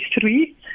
three